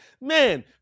man